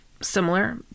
similar